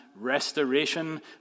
restoration